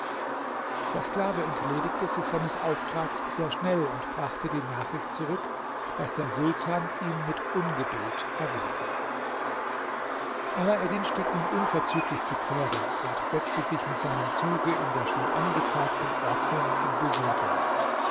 der sklave entledigte sich seines auftrags sehr schnell und brachte die nachricht zurück daß der sultan ihn mit ungeduld erwarte alaeddin stieg nun unverzüglich zu pferde und setzte sich mit seinem zuge in der schon angezeigten ordnung in bewegung